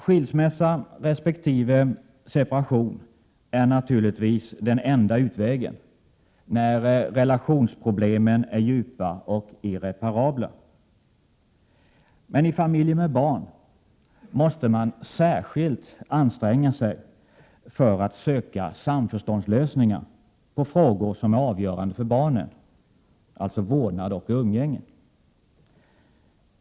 Skilsmässa resp. separation är naturligtvis den enda utvägen när relationsproblemen är djupa och irreparabla. Men i familjer med barn måste man anstränga sig särskilt för att söka samförståndslösningar på frågor som är avgörande för barnen, alltså vårdnad och umgänge.